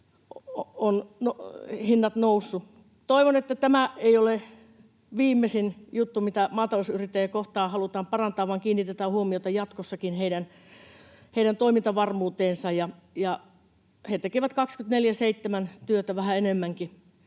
Toivon, että tämä ei ole viimeisin juttu, mitä maatalousyrittäjien kohdalla halutaan parantaa, vaan että kiinnitetään huomiota jatkossakin heidän toimintavarmuuteensa. He tekevät työtä 24/7, vähän enemmänkin,